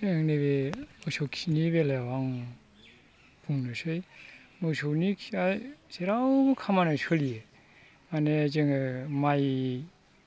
नैबे मोसौ खिनि बेलायाव आं बुंनोसै मोसौनि खिया जेरावबो खामानियाव सोलियो मानि जोङो माइ